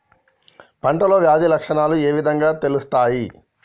పంటలో వ్యాధి లక్షణాలు ఏ విధంగా తెలుస్తయి?